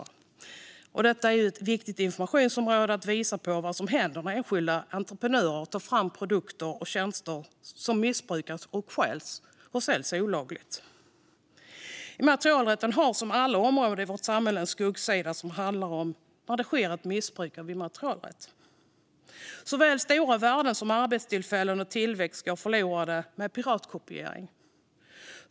Det är ett viktigt informationsområde att visa på vad som händer när enskilda entreprenörer tar fram produkter och tjänster som missbrukas och stjäls för att sedan säljas olagligt. Immaterialrätten har som alla områden i vårt samhälle en skuggsida som handlar om när det sker ett missbruk av rätten. Såväl stora värden som arbetstillfällen och tillväxt går förlorade med piratkopiering.